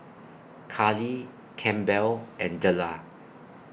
Karli Campbell and Dellar